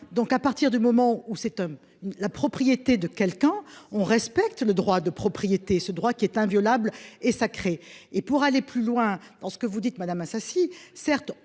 Donc à partir du moment où cet homme la propriété de quelqu'un, on respecte le droit de propriété, ce droit qui est inviolable et sacrée et pour aller plus loin dans ce que vous dites madame Assassi. Certes,